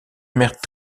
mère